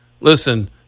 Listen